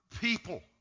people